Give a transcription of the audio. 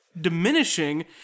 diminishing